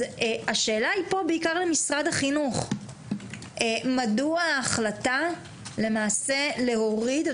השאלה פה היא בעיקר למשרד החינוך - מדוע ההחלטה להוריד את